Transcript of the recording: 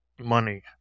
money